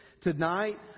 tonight